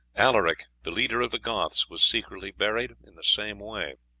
alaric, the leader of the goths, was secretly buried in the same way.